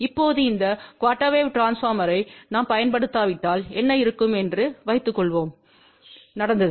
இப்போது இந்த quarter wave டிரான்ஸ்பார்மர்களை நாம் பயன்படுத்தாவிட்டால் என்ன இருக்கும் என்று வைத்துக்கொள்வோம் நடந்தது